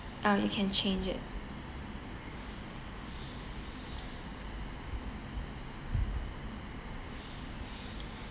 uh you can change it